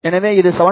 எனவே இது 7